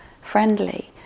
friendly